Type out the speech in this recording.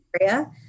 area